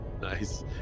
nice